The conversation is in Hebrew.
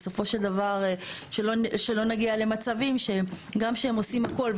שבסופו של דבר שלא נגיע למצבים גם שהם עושים את הכל,